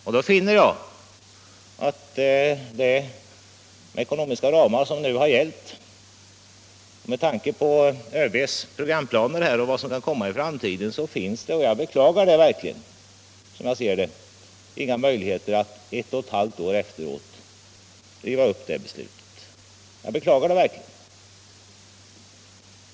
Och då finner jag att med de ekonomiska ramar som har gällt, med tanke på ÖB:s programplaner och vad som skall komma i framtiden, så finns det — jag beklagar det verkligen — inga möjligheter att ett och ett halvt år efteråt riva upp beslutet. Jag beklagar det verkligen.